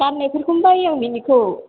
गाननाय फोरखौनो बायो आं बिनिखौ